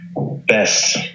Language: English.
best